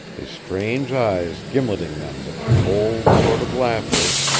his strange eyes gimleting them with a cold sort of laughter,